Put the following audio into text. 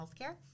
healthcare